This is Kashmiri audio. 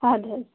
آدٕ حَظ